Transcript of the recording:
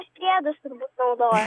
priedus turbūt naudojo